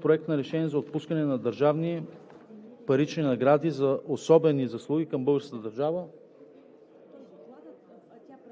Проекта на решение за отпускане на държавни парични награди за особени заслуги към българската държава